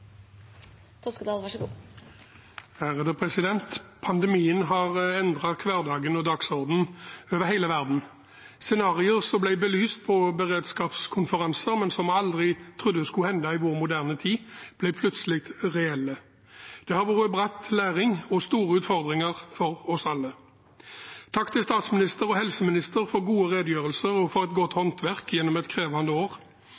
Pandemien har endret hverdagen og dagsordenen over hele verden. Scenarioer som ble belyst på beredskapskonferanser, men som vi aldri trodde skulle hende i vår moderne tid, ble plutselig reelle. Det har vært bratt læring og store utfordringer for oss alle. Takk til statsminister og helseminister for gode redegjørelser og for godt håndverk gjennom et krevende år.